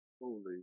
holy